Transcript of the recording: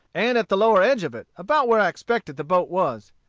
and at the lower edge of it, about where i expected the boat was.